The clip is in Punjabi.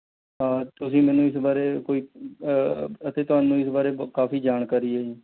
ਹਾਂ ਤੁਸੀਂ ਮੈਨੂੰ ਇਸ ਬਾਰੇ ਕੋਈ ਅਤੇ ਤੁਹਾਨੂੰ ਇਸ ਬਾਰੇ ਕਾਫ਼ੀ ਜਾਣਕਾਰੀ ਹੈ ਜੀ